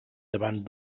davant